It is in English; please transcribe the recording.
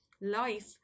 life